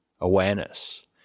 awareness